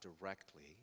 directly